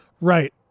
Right